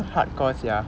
hardcore sia